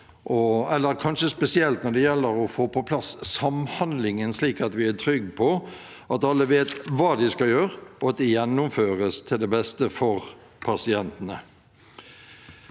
gjelder kanskje spesielt det å få på plass samhandlingen, slik at vi er trygge på at alle vet hva de skal gjøre, og at det gjennomføres til beste for pasientene.